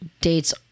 dates